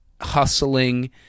hustling